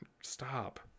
Stop